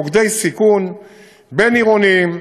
מוקדי סיכון בין-עירוניים.